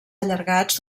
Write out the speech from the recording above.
allargats